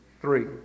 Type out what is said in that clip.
three